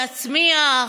להצמיח,